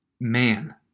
man